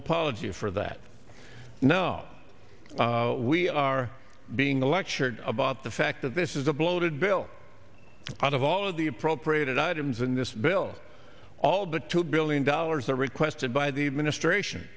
apology for that i know we are being lectured about the fact that this is a bloated bill out of all of the appropriated items in this bill all the two billion dollars are requested by the administration